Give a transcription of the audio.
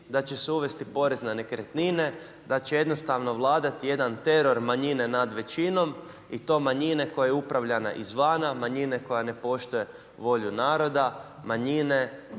da će se uvesti porez na nekretnine, da će jednostavno vladati jedan teror manjine nad većinom i to manjine koje upravljana iz vana, manjine koja ne poštuje volju naroda, manjine